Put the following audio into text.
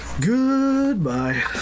Goodbye